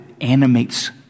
animates